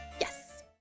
Yes